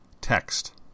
Text